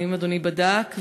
האם אדוני בדק?